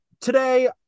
today